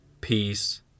peace